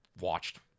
watched